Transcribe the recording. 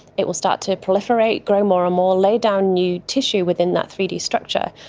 it will start to proliferate, grow more and more, lay down new tissue within that three d structure,